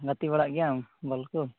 ᱜᱟᱛᱮ ᱵᱟᱲᱟᱜ ᱜᱮᱭᱟᱢ ᱵᱚᱞ ᱠᱚ